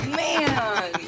man